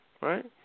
Right